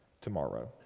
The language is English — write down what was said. tomorrow